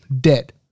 dead